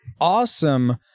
awesome